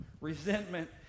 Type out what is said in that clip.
Resentment